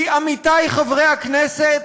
כי, עמיתי חברי הכנסת,